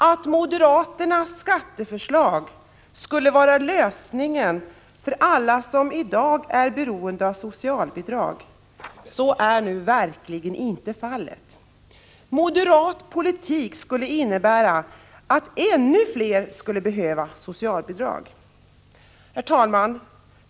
Att moderaternas skatteförslag skulle vara lösningen för alla som i dag är beroende av socialbidrag är verkligen inte sant. Moderat politik skulle innebära att ännu fler fick söka socialbidrag. Herr talman!